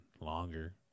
longer